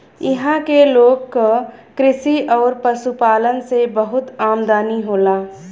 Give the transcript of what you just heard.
इहां के लोग क कृषि आउर पशुपालन से बहुत आमदनी होला